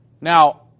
Now